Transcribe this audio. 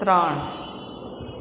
ત્રણ